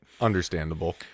Understandable